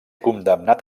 condemnat